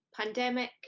pandemic